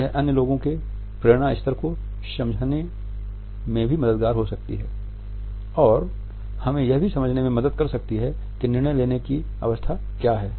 यह अन्य लोगों के प्रेरणा स्तर को समझाने में मददगार हो सकती है और हमें यह भी समझने में भी मदद कर सकती है कि निर्णय लेने की अवस्था क्या है